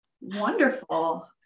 Wonderful